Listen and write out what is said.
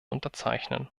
unterzeichnen